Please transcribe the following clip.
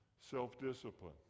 self-discipline